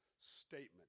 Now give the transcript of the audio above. statement